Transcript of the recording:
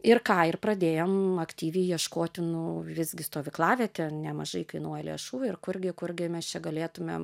ir ką ir pradėjom aktyviai ieškoti nu visgi stovyklavietė nemažai kainuoja lėšų ir kurgi kurgi mes čia galėtume